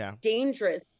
dangerous